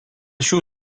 šių